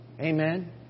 Amen